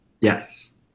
Yes